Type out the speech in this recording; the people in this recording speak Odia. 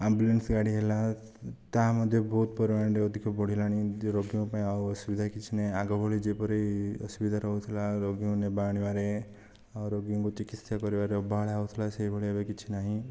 ଆମ୍ବୁଲେନ୍ସ ଗାଡ଼ି ହେଲା ତା' ମଧ୍ୟ ବହୁତ ପରିମାଣରେ ଅଧିକ ବଢ଼ିଲାଣି ରୋଗୀଙ୍କ ପାଇଁ ଆଉ ଅସୁବିଧା କିଛି ନାହିଁ ଆଗ ଭଳି ଯେପରି ଅସୁବିଧା ରହୁଥିଲା ରୋଗୀଙ୍କୁ ନେବା ଆଣିବାରେ ଆଉ ରୋଗୀଙ୍କୁ ଚିକିତ୍ସା କରିବାରେ ଅବହେଳା ହେଉଥିଲା ସେହିଭଳି ଏବେ କିଛି ନାହିଁ